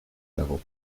level